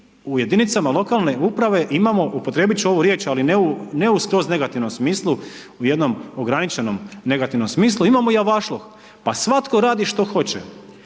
u jedinicama lokalne uprave imamo, uporabiti ću ovu riječ ali ne u skroz negativnom smislu, u jednom ograničenom smislu imamo i avšloh. Pa svatko radi što hoće.